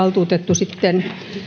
sitten